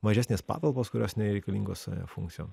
mažesnės patalpos kurios nereikalingos funkcijom